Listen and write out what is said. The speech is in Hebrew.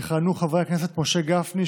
יכהנו חברי הכנסת משה גפני,